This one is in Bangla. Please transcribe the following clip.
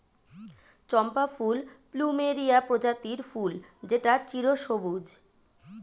চম্পা ফুল প্লুমেরিয়া প্রজাতির ফুল যেটা চিরসবুজ